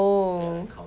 oh